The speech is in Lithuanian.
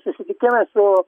susitikime su